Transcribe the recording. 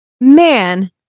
man